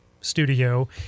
studio –